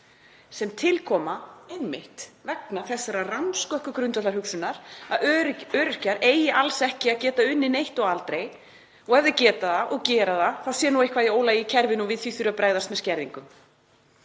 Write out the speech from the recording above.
sem koma einmitt til vegna þeirrar rammskökku grundvallarhugsunar að öryrkjar eigi alls ekki að geta unnið neitt og aldrei og ef þeir geta það og gera það sé eitthvað í ólagi í kerfinu og við því þurfi að bregðast með skerðingum.